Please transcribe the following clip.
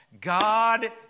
God